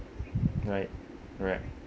right correct